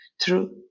true